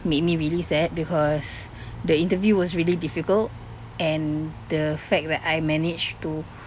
made me really sad because the interview was really difficult and the fact that I managed to